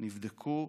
נבדקו,